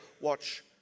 watch